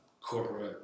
corporate